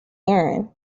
erin